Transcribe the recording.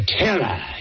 terror